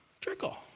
trickle